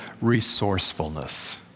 resourcefulness